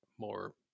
more